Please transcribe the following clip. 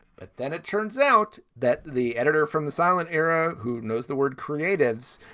but then it turns out that the editor from the silent era, who knows the word creatives,